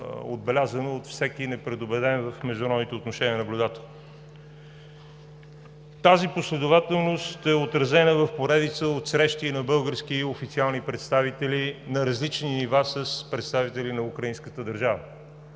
отбелязано от всеки непредубеден в международните отношения наблюдател. Тази последователност е отразена в поредица от срещи на български официални представители на различни нива с представители на украинската държава